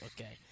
Okay